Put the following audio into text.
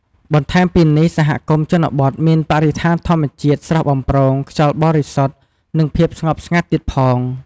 បន្ថែមពីនេះសហគមន៍ជនបទមានបរិស្ថានធម្មជាតិស្រស់បំព្រង ខ្យល់បរិសុទ្ធ និងភាពស្ងប់ស្ងាត់ទៀតផង។